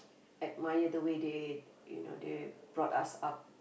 admire the way they you know they brought us up